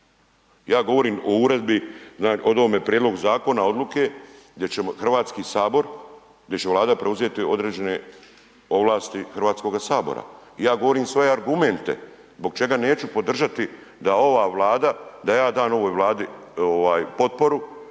Ja govorim o uredbi o ovome prijedlogu zakona odluka gdje ćemo HS, gdje će Vlada preuzeti određene ovlasti HS, ja govorim sve argumente zbog čega neću podržati da ova Vlada, da ja dam ovoj Vladi potporu